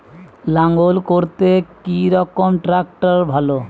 লাঙ্গল করতে কি রকম ট্রাকটার ভালো?